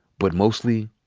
but mostly,